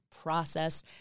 process